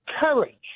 courage